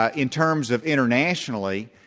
ah in terms of internationally,